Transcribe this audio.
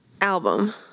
Album